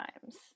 times